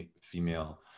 female